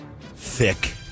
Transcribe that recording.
thick